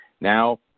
Now